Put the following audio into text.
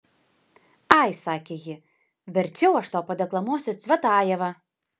ai sakė ji verčiau aš tau padeklamuosiu cvetajevą